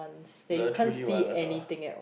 the truly wireless ah